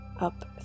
up